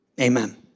amen